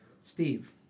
Steve